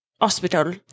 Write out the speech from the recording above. hospital